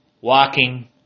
Walking